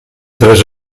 tres